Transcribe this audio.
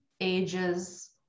ages